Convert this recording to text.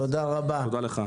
תודה רבה.